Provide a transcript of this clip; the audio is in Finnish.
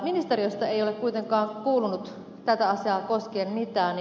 ministeriöstä ei ole kuitenkaan kuulunut tätä asiaa koskien mitään